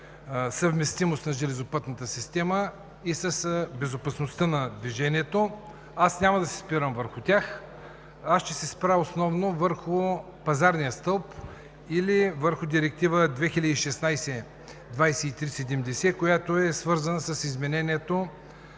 съвместимост на железопътната система и с безопасността на движението. Няма да се спирам на тях. Ще се спра основно на пазарния стълб или върху Директива 2016/2370, свързана с изменението